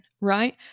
right